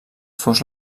fos